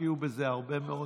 השקיעו בזה הרבה מאוד,